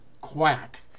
quack